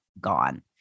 gone